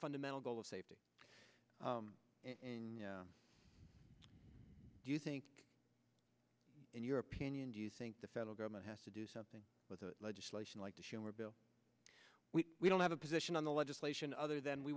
fundamental goal of safety do you think in your opinion do you think the federal government has to do something with a legislation like to humor bill we don't have a position on the legislation other than we